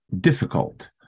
difficult